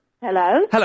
Hello